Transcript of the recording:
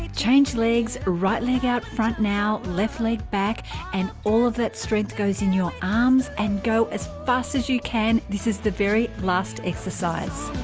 ah change legs right leg out front now left leg back and all of that strength goes in your arms and go as fast as you can this is the very last exercise